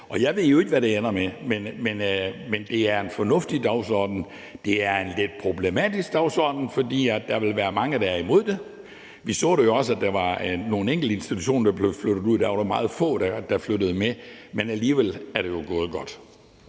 Jeg ved jo ikke, hvad det ender med, men det er en fornuftig dagsorden; det er en lidt problematisk dagsorden, fordi der vil være mange, der er imod det. Vi så jo også, at der var nogle enkelte institutioner, der blev flyttet ud, hvor det kun var meget få, der flyttede med, men alligevel er det jo gået godt.